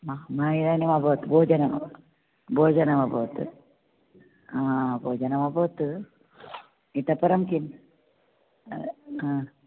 मम इदानीम् अभवत् भोजनमबवत् भोजनमबवत् हा भोजनमबवत् इतः परं किञ्च् हा